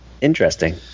interesting